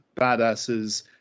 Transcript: badasses